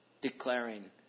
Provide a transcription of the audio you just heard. declaring